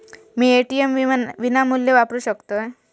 मी ATM विनामूल्य वापरू शकतय?